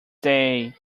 day